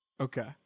Okay